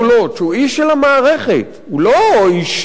הוא איש של המערכת, הוא לא איש חדש.